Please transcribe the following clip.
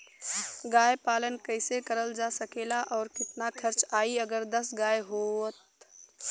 गाय पालन कइसे करल जा सकेला और कितना खर्च आई अगर दस गाय हो त?